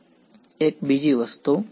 વિદ્યાર્થી એક બીજી વસ્તુ